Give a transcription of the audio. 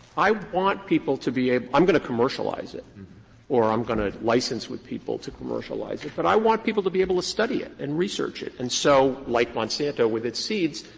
i want people to be able i'm going to commercialize it or i'm going to license with people to commercialize it, but i want people to be able to study it and research it. and so, like monsanto with its seeds,